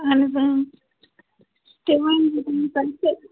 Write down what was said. اَہَن حظ تہِ ؤنۍزِ تۄہہِ تہٕ